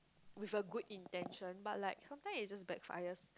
with a good intention but like sometimes it just backfire